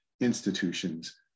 institutions